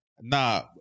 Nah